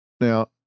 Now